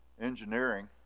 Engineering